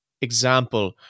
Example